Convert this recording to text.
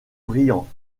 brillante